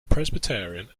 presbyterian